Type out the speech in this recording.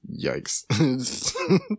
Yikes